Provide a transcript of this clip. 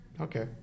Okay